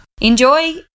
Enjoy